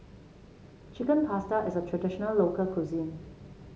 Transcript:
Chicken Pasta is a traditional local cuisine